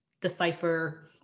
decipher